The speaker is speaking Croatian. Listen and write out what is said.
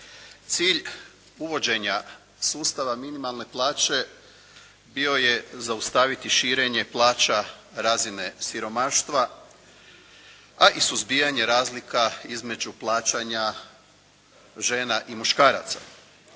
Cilj uvođenja sustava minimalne plaće bio je zaustaviti širenje plaća razine siromaštva, a i suzbijanje razlika između plaćanja žena i muškaraca.